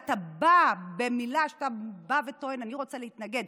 כשאתה בא וטוען "אני רוצה להתנגד",